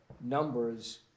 numbers